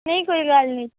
ਨਹੀਂ ਕੋਈ ਗੱਲ ਨਹੀਂ